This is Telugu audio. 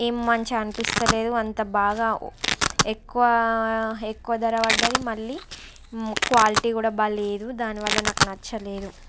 ఏమి మంచి అనిపించలేదు అంత బాగా ఎక్కువ ఎక్కువ ధర పడ్డది మళ్ళీ క్వాలిటీ కూడా బాలేదు దాని వల్ల నాకు నచ్చలేదు